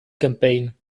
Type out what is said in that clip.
campaign